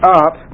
up